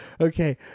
Okay